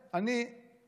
כמה זה קשה,